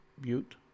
butte